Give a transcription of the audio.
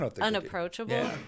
unapproachable